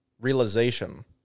realization